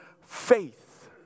faith